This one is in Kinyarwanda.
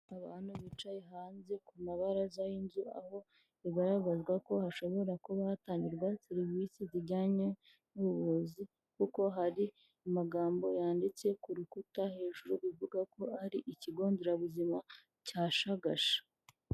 Abantu bicaye hanze ku mabaraza y'inzu, aho igaragazazwa ko hashobora kuba hatangirwa serivisi zijyanye n'ubuvuzi kuko hari amagambo yanditse ku rukuta hejuru ivuga ko ari ikigo nderabuzima cya Shagasha.